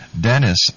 Dennis